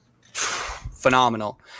phenomenal